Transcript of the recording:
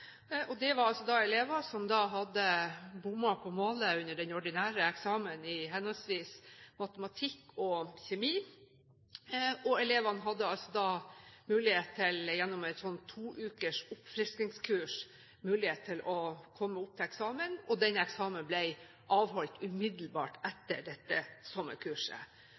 Harstad. Det var elever som hadde bommet på målet under den ordinære eksamen i henholdsvis matematikk og kjemi, og elevene hadde da gjennom et to ukers oppfriskingskurs mulighet til å komme opp til eksamen. Den eksamenen ble avholdt umiddelbart etter dette